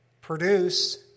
produce